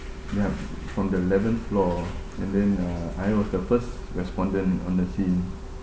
yup from the eleventh floor and then uh I was the first respondent on the scene